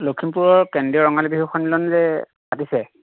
লখিমপুৰৰ কেন্দ্ৰীয় ৰঙালী বিহু সন্মিলন যে পাতিছে